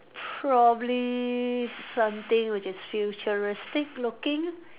probably something which is futuristic looking